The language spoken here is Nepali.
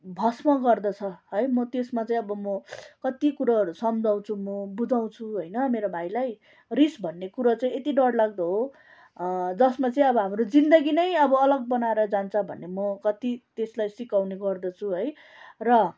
भष्म गर्दछ है म त्यसमा चाहिँ अब म कति कुरोहरू सम्झाउँछु म बुझाउँछु होइन मेरो भाइलाई रिस भन्ने कुरो चाहिँ यति डरलाग्दो हो जसमा चाहिँ अब हाम्रो जिन्दगी नै अब अलग बनाएर जान्छ भन्ने म कति त्यसलाई सिकाउने गर्दछु है र